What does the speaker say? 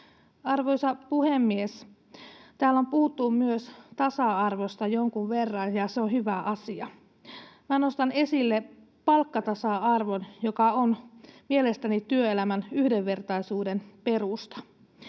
Arvoisa puhemies! Täällä on puhuttu myös tasa-arvosta jonkun verran, ja se on hyvä asia. Nostan esille palkkatasa-arvon, joka on mielestäni työelämän yhdenvertaisuuden perusta.